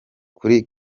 kuri